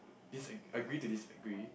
dis a agree to disagree